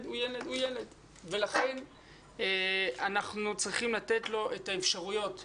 הוא ילד ולכן אנחנו צריכים לתת לו את האפשרויות להצליח,